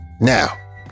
Now